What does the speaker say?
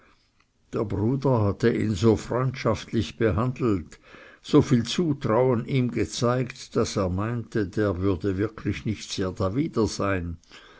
der bruder hatte ihn so freundschaftlich behandelt so viel zutrauen ihm gezeigt daß er meinte der würde wirklich nicht sehr darwider sein